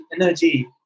energy